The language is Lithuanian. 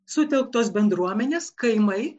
sutelktos bendruomenės kaimai